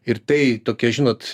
ir tai tokia žinot